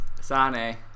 Sane